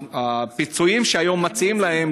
הפיצויים שהיום מציעים להם,